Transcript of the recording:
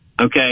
Okay